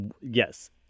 yes